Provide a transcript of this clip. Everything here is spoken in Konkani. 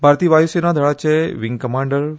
भारतीय वायूसेना दळाचे विंग कमांडर श्री